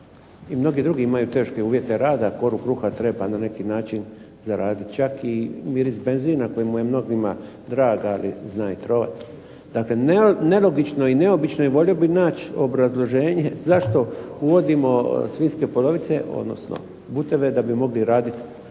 i mnogi drugi imaju teške uvjete rada, koru kruha treba na neki način zaraditi. Čak i miris benzina kojemu je mnogi drag, ali zna i trovat. Dakle nelogično i neobično i volio bih nać obrazloženje zašto uvodimo svinjske polovice, odnosno buteve da bi mogli raditi